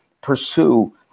pursue